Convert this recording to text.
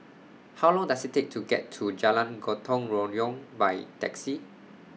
How Long Does IT Take to get to Jalan Gotong Royong By Taxi